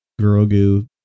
Grogu